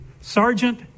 sergeant